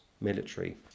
military